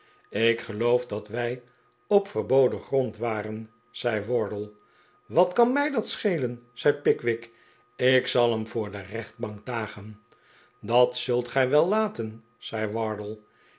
ik geloof dat wij op verboden grond waren zei wardle wat kan mij dat schelen zei pickwick ik zal hem voor de rechtbank dagen dat zult gij wel laten zei wardle